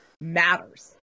matters